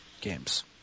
Games